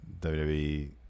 WWE